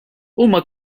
huma